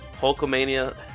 Hulkamania